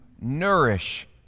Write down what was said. nourish